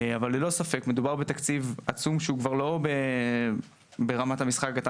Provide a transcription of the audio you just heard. אבל ללא ספק מדובר בתקציב עצום שהוא כבר לא ברמת המשחק הקטן